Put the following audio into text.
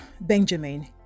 Benjamin